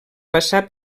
passar